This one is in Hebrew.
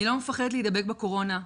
אני לא מפחדת להידבק בקורונה,